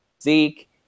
Zeke